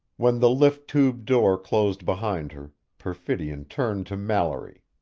when the lift-tube door closed behind her, perfidion turned to mallory.